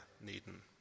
Needham